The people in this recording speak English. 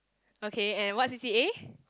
okay and what C_C_A